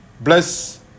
bless